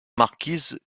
marquise